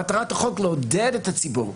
מטרת החוק לעודד את הציבור.